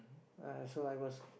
uh so I was